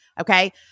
Okay